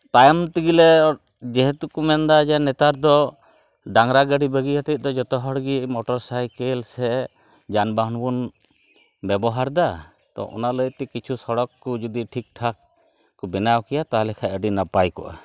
ᱛᱟᱭᱢᱛᱮᱜᱮᱞᱮ ᱡᱮᱦᱮᱛᱩᱠᱚ ᱢᱮᱱ ᱮᱫᱟ ᱡᱮ ᱱᱮᱛᱟᱨᱫᱚ ᱰᱟᱝᱨᱟ ᱜᱟᱹᱰᱤ ᱵᱟᱹᱜᱤ ᱠᱟᱛᱮᱫᱚ ᱡᱚᱛᱚᱦᱚᱲ ᱜᱮ ᱢᱚᱴᱚᱨ ᱥᱟᱭᱠᱮᱞ ᱥᱮ ᱡᱟᱱᱼᱵᱟᱦᱚᱱᱵᱚᱱ ᱵᱮᱵᱚᱦᱟᱨ ᱮᱫᱟ ᱛᱚ ᱚᱱᱟ ᱞᱟᱹᱭᱛᱮ ᱠᱤᱪᱷᱩ ᱥᱚᱲᱚᱠ ᱠᱚ ᱡᱩᱫᱤ ᱴᱷᱤᱠᱴᱷᱟᱠ ᱠᱚ ᱵᱮᱱᱟᱣ ᱠᱮᱭᱟ ᱛᱟᱦᱚᱞᱮ ᱠᱷᱟᱱ ᱟᱹᱰᱤ ᱱᱟᱯᱟᱭᱠᱚᱜᱼᱟ